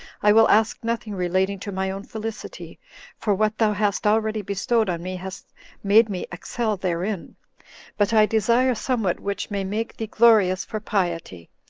i will ask nothing relating to my own felicity for what thou hast already bestowed on me has made me excel therein but i desire somewhat which may make thee glorious for piety,